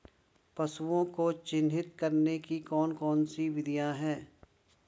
पशुओं को चिन्हित करने की कौन कौन सी विधियां हैं?